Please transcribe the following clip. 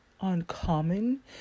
uncommon